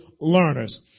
learners